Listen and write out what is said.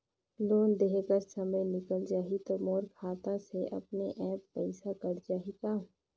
Loan देहे कर समय निकल जाही तो मोर खाता से अपने एप्प पइसा कट जाही का?